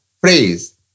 phrase